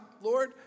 Lord